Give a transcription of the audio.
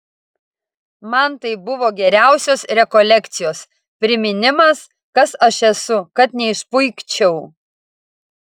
man tai buvo geriausios rekolekcijos priminimas kas aš esu kad neišpuikčiau